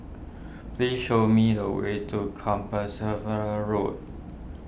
please show me the way to Compassvale Road